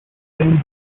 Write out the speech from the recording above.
san